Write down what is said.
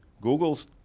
Google's